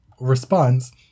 response